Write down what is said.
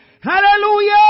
Hallelujah